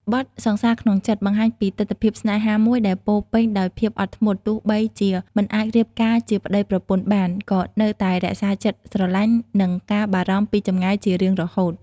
បទ "សង្សារក្នុងចិត្ត" បង្ហាញពីទិដ្ឋភាពស្នេហាមួយដែលពោរពេញដោយភាពអត់ធ្មត់ ទោះបីជាមិនអាចរៀបការជាប្តីប្រពន្ធបាន ក៏នៅតែរក្សាចិត្តស្រឡាញ់ និងការបារម្ភពីចម្ងាយជារៀងរហូត។